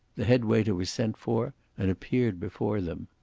the head waiter was sent for and appeared before them.